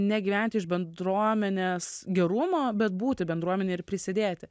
negyventi iš bendruomenės gerumo bet būti bendruomenėj ir prisidėti